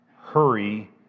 hurry